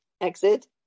exit